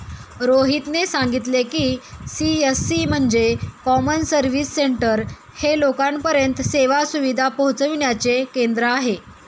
रोहितने सांगितले की, सी.एस.सी म्हणजे कॉमन सर्व्हिस सेंटर हे लोकांपर्यंत सेवा सुविधा पोहचविण्याचे केंद्र आहे